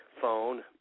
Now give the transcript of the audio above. phone